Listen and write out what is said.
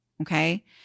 Okay